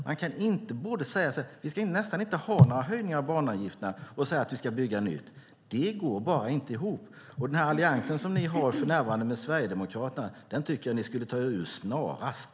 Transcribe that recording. Man kan inte både säga att vi nästan inte ska ha några höjningar av banavgifterna och också säga att vi ska bygga nytt. Det går bara inte ihop. Och den allians som ni för närvarande har med Sverigedemokraterna tycker jag att ni borde ta er ur snarast.